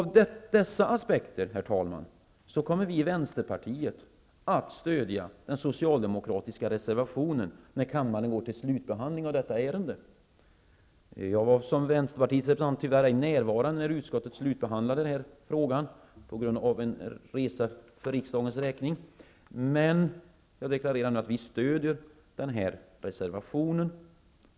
På grund av dessa aspekter kommer vi i vänsterpartiet att stödja den socialdemokratiska reservationen när kammaren går till slutbehandling av detta ärende. Som Vänsterpartiets representant var jag tyvärr inte närvarande när utskottet slutbehandlade den här frågan på grund av en resa för riksdagens räkning. Jag deklarerar nu att vi stödjer den här reservationen.